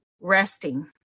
Resting